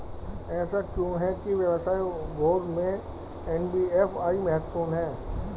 ऐसा क्यों है कि व्यवसाय उद्योग में एन.बी.एफ.आई महत्वपूर्ण है?